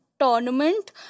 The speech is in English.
tournament